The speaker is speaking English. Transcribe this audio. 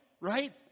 Right